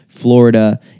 Florida